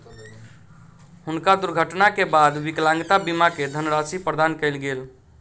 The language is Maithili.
हुनका दुर्घटना के बाद विकलांगता बीमा के धनराशि प्रदान कयल गेल